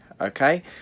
okay